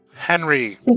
Henry